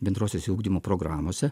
bendrosiose ugdymo programose